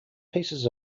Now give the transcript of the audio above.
pieces